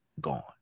gone